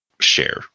share